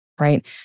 right